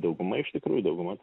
dauguma iš tikrųjų dauguma